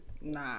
Nah